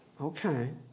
Okay